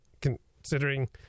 considering